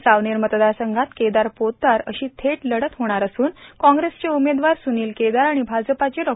सावनेर मतदारसंघात केदार पोतदार अशी थेट लढत होणार असून काँग्रेसचे उमेदवार सुनिल केदार आणि भाजपाचे डॉ